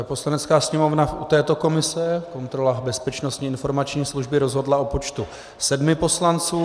Poslanecká sněmovna u této komise kontrola Bezpečnostní informační služby rozhodla o počtu sedmi poslanců.